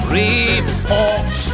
report